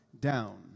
down